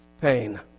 pain